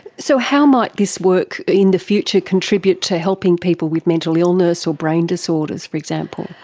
so how might this work in the future, contribute to helping people with mental illness or brain disorders, for example?